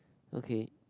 okay